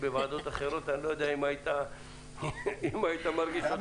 בוועדות אחרות אני לא יודע אם היית מרגיש כך.